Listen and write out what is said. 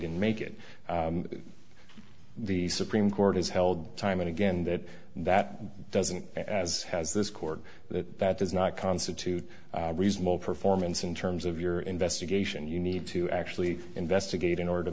didn't make it the supreme court has held time and again that that doesn't as has this court that does not constitute reasonable performance in terms of your investigation you need to actually investigate in order to